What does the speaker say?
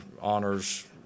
honors